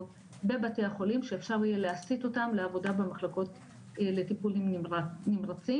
בבתי החולים שאפשר יהיה להסית אותם לעבודה במחלקות לטיפולים נמרצים.